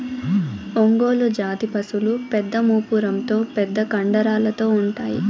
ఒంగోలు జాతి పసులు పెద్ద మూపురంతో పెద్ద కండరాలతో ఉంటాయి